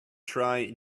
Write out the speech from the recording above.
try